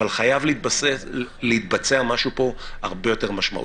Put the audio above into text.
אבל חייב להתבצע פה משהו הרבה יותר משמעותי.